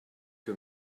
que